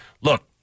look